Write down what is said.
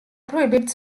prohibits